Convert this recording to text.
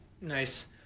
Nice